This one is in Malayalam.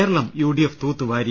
Keralam U D F തൂത്തുവാരി